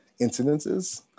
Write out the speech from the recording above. incidences